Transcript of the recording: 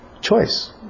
choice